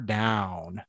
down